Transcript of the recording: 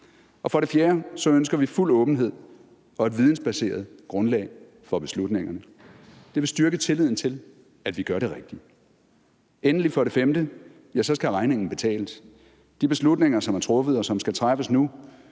For det fjerde ønsker vi fuld åbenhed og et vidensbaseret grundlag for beslutningerne. Det vil styrke tilliden til, at vi gør det rigtige. Endelig – for det femte – skal regningen betales. De beslutninger, som er truffet, og som skal træffes nu,